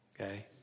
okay